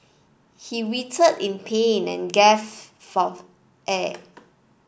he writhed in pain and gaff forth air